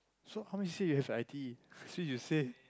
so how much you say you have i d so you say